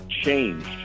changed